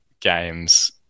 games